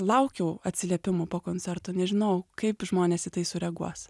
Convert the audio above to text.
laukiau atsiliepimų po koncerto nežinojau kaip žmonės į tai sureaguos